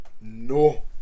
no